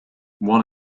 one